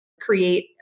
create